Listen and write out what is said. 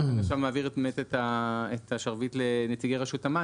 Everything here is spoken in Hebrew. אני עכשיו מעביר באמת את השרביט לנציגי רשות המים,